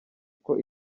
uko